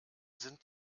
sind